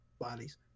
bodies